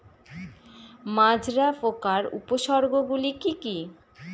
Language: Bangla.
মাজরা পোকার উপসর্গগুলি কি কি?